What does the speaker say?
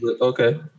Okay